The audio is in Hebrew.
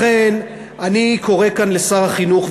לכן אני קורא כאן לשר החינוך,